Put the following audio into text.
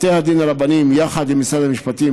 בתי הדין הרבניים יחד עם משרד המשפטים,